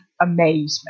amazement